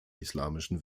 islamischen